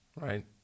Right